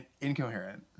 Incoherent